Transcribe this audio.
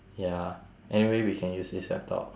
ya anyway we can use this laptop